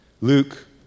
Luke